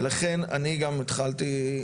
ולכן אני גם התחלתי,